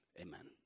Amen